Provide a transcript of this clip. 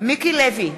מיקי לוי,